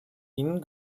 ihnen